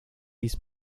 his